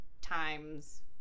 times